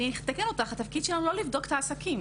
אני אתקן אותך: התפקיד שלנו הוא לא לבדוק את העסקים.